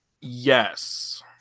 Yes